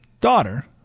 Daughter